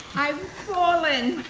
i've fallen,